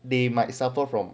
they might suffer from